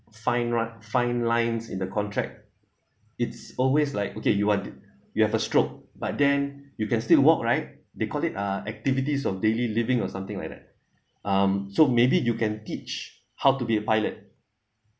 fine li~ fine lines in the contract it's always like okay you want you have a stroke but then you can still walk right they call it uh activities of daily living or something like that um so maybe you can teach how to be a pilot